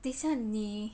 等下你